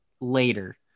later